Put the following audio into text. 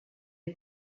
est